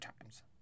times